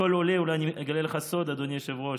אגלה לך אולי סוד, אדוני היושב-ראש: